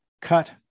cut